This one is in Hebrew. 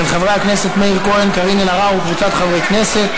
של חברי הכנסת מאיר כהן וקארין אלהרר וקבוצת חברי כנסת.